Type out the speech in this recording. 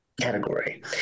category